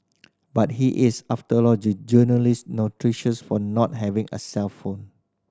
but he is after all the journalist notorious for not having a cellphone